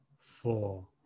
four